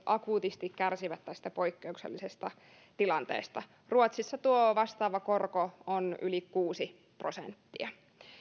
akuutisti kärsivät tästä poikkeuksellisesta tilanteesta ruotsissa tuo vastaava korko on yli kuusi prosenttia